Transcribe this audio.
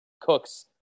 cooks